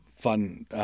fun